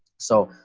so,